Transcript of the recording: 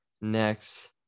next